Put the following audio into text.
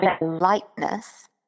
lightness